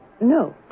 No